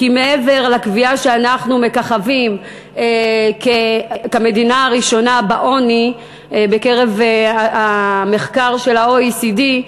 כי מעבר לקביעה שאנחנו מככבים כמדינה הראשונה בעוני במחקר של ה-OECD,